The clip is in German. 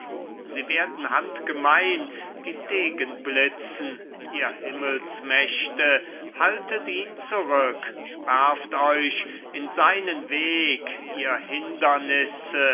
sie werden handgemein die degen blitzen ihr himmelsmächte haltet ihn zurück werft euch in seinen weg ihr hindernisse